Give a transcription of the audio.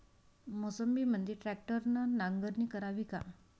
मोसंबीमंदी ट्रॅक्टरने नांगरणी करावी का?